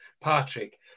Patrick